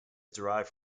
derived